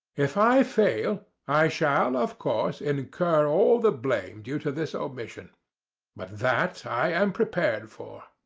if i fail i shall, of course, and incur all the blame due to this omission but that i am prepared for.